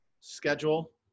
schedule